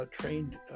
trained